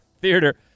theater